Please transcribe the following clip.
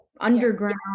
underground